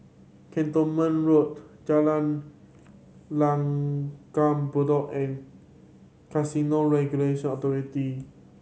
Cantonment Road Jalan Langgar Bedok and Casino Regulation Authority